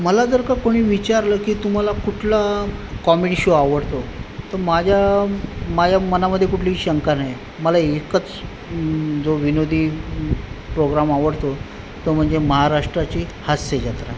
मला जर का कोणी विचारलं की तुम्हाला कुठला कॉमेडी शो आवडतो तर माझ्या माझ्या मनामधे कुठलीही शंका नाही मला एकच जो विनोदी प्रोग्राम आवडतो तो म्हणजे महाराष्ट्राची हास्यजत्रा